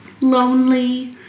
lonely